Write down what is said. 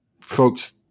folks